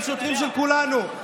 הם שוטרים של כולנו,